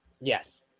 Yes